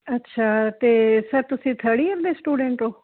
ਅੱਛਾ ਤੇ ਸਰ ਤੁਸੀਂ ਥਰਡ ਏਅਰ ਦੇ ਸਟੂਡੈਂਟ ਹੋ